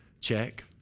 Check